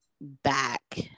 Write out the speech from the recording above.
back